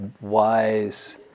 wise